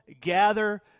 gather